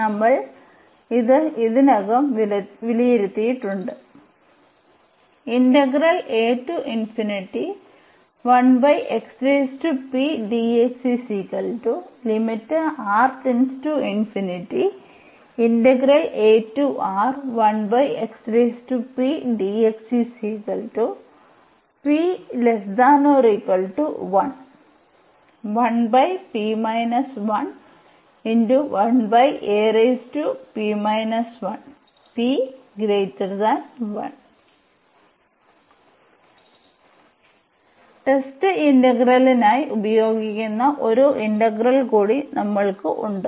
നമ്മൾ ഇത് ഇതിനകം വിലയിരുത്തിയിട്ടുണ്ട് ടെസ്റ്റ് ഇന്റഗ്രലിനായി ഉപയോഗിക്കുന്ന ഒരു ഇന്റഗ്രൽ കൂടി നമ്മൾക്ക് ഉണ്ട്